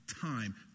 time